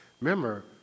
Remember